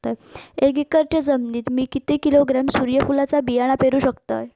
एक एकरच्या जमिनीत मी किती किलोग्रॅम सूर्यफुलचा बियाणा पेरु शकतय?